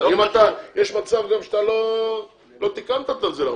יש מצב שאתה לא תיקנת את הנזילה,